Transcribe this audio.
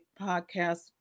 podcast